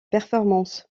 performances